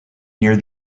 near